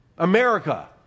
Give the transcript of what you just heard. America